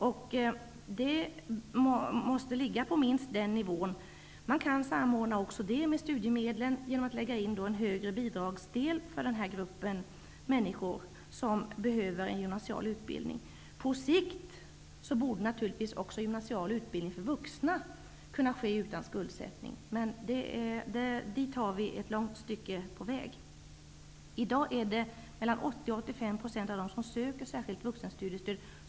Det måste handla om minst den nivån. Också här kan samordning ske med studiemedlen genom att en större bidragsdel läggs in för den här gruppen människor som behöver gymnasial utbildning. På sikt borde naturligtvis också gymnasial utbildning för vuxna vara möjlig utan skuldsättning. Men dit är det ganska lång väg kvar. I dag blir det avslag för 80--85 % av dem som söker stöd, särskilt då vuxenstudiestöd.